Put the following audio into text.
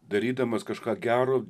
darydamas kažką gero